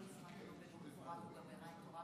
בלי עין הרע,